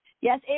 Yes